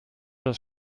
das